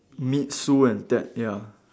meet Sue and Ted ya